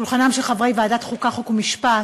שולחנם של חברי ועדת החוקה, חוק ומשפט,